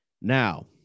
Now